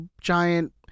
giant